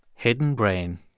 hidden brain